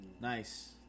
Nice